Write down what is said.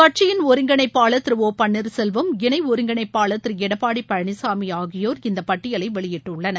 கட்சியின் ஒருங்கிணைப்பாளர் திரு ஒ பன்னீர்செல்வம் இணை ஒருங்கிணைப்பாளர் திரு எடப்பாடி பழனிசாமி ஆகியோர் இந்த பட்டியலை வெளியிட்டுள்ளனர்